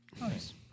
Nice